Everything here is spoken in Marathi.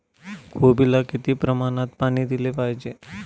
कोबीला किती प्रमाणात पाणी दिले पाहिजे?